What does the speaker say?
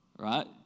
Right